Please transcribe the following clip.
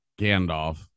Gandalf